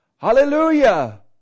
Hallelujah